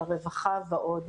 על הרווחה ועוד,